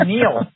Neil